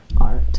art